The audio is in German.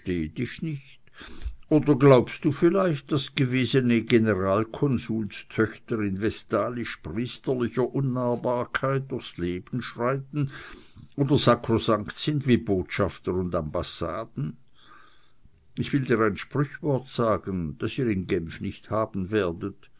dich nicht oder glaubst du vielleicht daß gewesene generalkonsulstöchter in vestalisch priesterlicher unnahbarkeit durchs leben schreiten oder sakrosankt sind wie botschafter und ambassaden ich will dir ein sprichwort sagen das ihr in genf nicht haben werdet